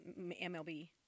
MLB